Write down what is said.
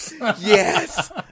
yes